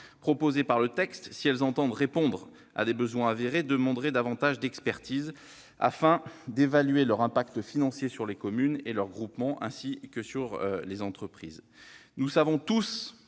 prévues dans le texte, si elles tendent à répondre à des besoins avérés, demanderaient davantage d'expertise afin d'évaluer leur impact financier sur les communes et leurs groupements, ainsi que sur les entreprises. Nous savons tous